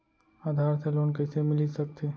आधार से लोन कइसे मिलिस सकथे?